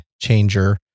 changer